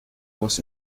was